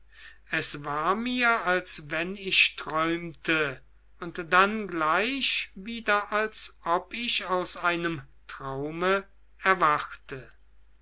es war mir als wenn ich träumte und dann gleich wieder als ob ich aus einem traume erwachte